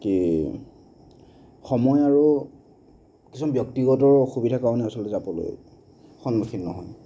কি সময় আৰু কিছুমান ব্যক্তিগত অসুবিধাৰ কাৰণে আচলতে যাবলৈ সন্মুখীন নহওঁ